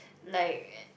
like